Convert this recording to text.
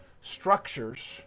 structures